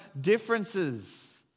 differences